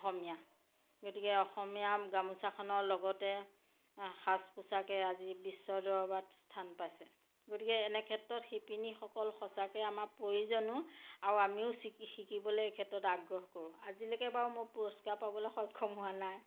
অসমীয়া গতিকে অসমীয়া গামোচাখনৰ লগতে সাজ পোছাকে আজি বিশ্বৰ দৰবাৰত স্থান পাইছে গতিকে এনে ক্ষেত্ৰত শিপিনীসকল সঁচাকে আমাৰ প্ৰয়োজনো আৰু আমিও শিকি শিকিবলে এইক্ষেত্ৰত আগ্ৰহ কৰোঁ আজিলৈকে বাৰু মোৰ পুৰস্কাৰ পাবলৈ সক্ষম হোৱা নাই